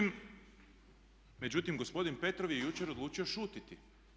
Međutim, gospodin Petrov je jučer odlučio šutiti.